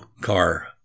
car